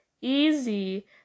easy